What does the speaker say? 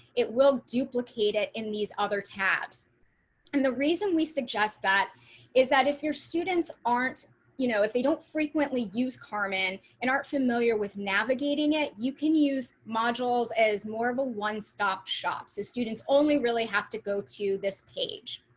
it will duplicate it in these other tabs. shari beck and the reason we suggest that is that if your students aren't you know if they don't frequently use carmen and aren't familiar with navigating it, you can use modules as more of a one stop shop so students only really have to go to this page.